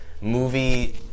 Movie